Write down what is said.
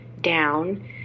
down